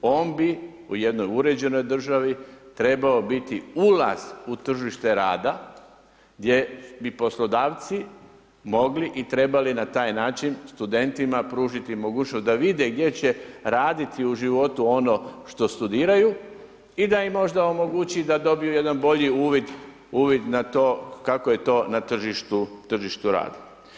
On bi u jednoj uređenoj državi, trebao biti ulaz u tržište rada, gdje bi poslodavci, mogli i trebali na taj način studentima pružiti mogućnost, da vide gdje će raditi u životu ono što studiraju i da im možda omogući da dobiju jedan bolji uvid na to kako je to na tržištu rada.